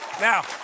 Now